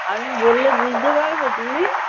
আমি বললে বুঝতে পারবে তুমি